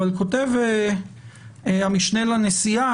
אבל כותב המשנה לנשיאה,